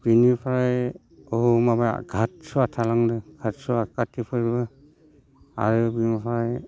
बिनिफ्राय बुहुद माबा आथसुवा थालांदों आथसुवा काति फोरबो आरो बिनिफ्राय